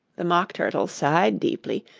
the mock turtle sighed deeply,